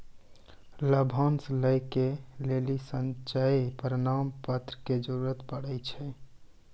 लाभांश लै के लेली संचय प्रमाण पत्र के जरूरत पड़ै छै